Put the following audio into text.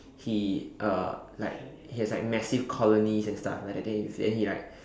he uh like he has like massive colonies and stuff like that then he then he like